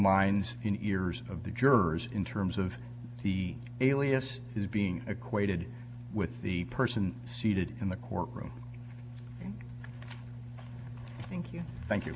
minds in ears of the jurors in terms of the alias is being equated with the person seated in the courtroom thank you thank you